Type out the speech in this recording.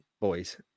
boys